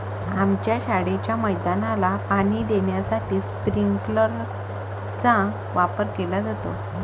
आमच्या शाळेच्या मैदानाला पाणी देण्यासाठी स्प्रिंकलर चा वापर केला जातो